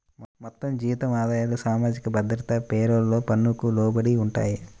మొత్తం జీతం ఆదాయాలు సామాజిక భద్రత పేరోల్ పన్నుకు లోబడి ఉంటాయి